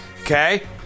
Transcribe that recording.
okay